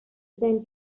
than